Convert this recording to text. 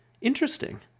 interesting